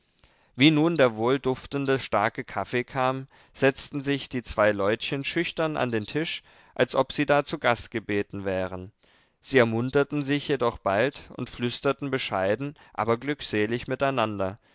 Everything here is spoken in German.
wie nun der wohlduftende starke kaffee kam setzten sich die zwei leutchen schüchtern an den tisch als ob sie da zu gast gebeten wären sie ermunterten sich jedoch bald und flüsterten bescheiden aber glückselig miteinander